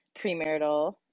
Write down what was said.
premarital